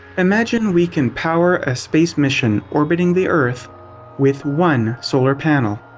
imagine we can power a space mission orbiting the earth with one solar panel.